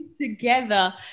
together